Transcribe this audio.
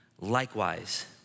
likewise